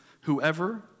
whoever